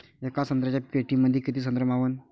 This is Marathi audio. येका संत्र्याच्या पेटीमंदी किती संत्र मावन?